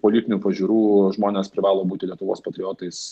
politinių pažiūrų žmonės privalo būti lietuvos patriotais